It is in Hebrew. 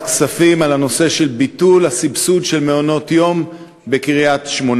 הכספים בנושא ביטול הסבסוד של מעונות יום בקריית-שמונה.